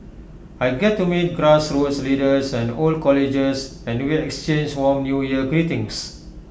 I get to meet grassroots leaders and old colleges and we exchange warm New Year greetings